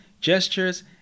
gestures